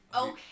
okay